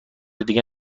دیگه